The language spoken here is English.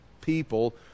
people